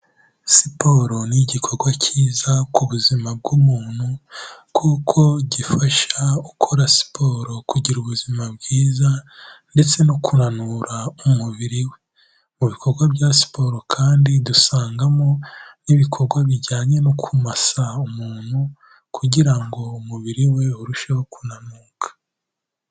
Siporo ni igikorwa cyiza ku buzima bw'umuntu, kuko gifasha ukora siporo kugira ubuzima bwiza, ndetse no kunanura umubiri we. Mu bikorwa bya siporo kandi dusangamo, n'ibikorwa bijyanye no kumasa umuntu, kugira ngo umubiri we urusheho kunanuka.